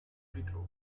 friedhof